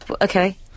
okay